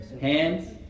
hands